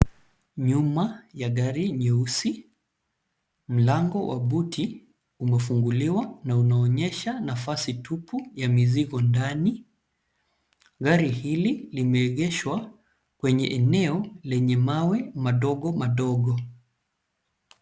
Nyuma ya gari nyeusi. Mlango was buti umefunguliwa na unaonyesha nafasi tupu ya mizigo ndani. Gari hili limeegeshwa kwenye eneo lenye mawe madogo madogo.